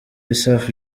safa